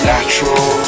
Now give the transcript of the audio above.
Natural